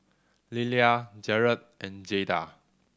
Lelia Jarrett and Jayda